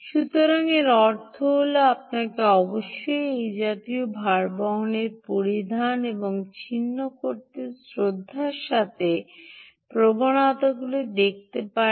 সুতরাং এর অর্থ হলআপনাকে অবশ্যই এই জাতীয় ভারবহন পরিধান এবং ছিন্ন করতে শ্রদ্ধার সাথে প্রবণতাগুলি দেখতে হবে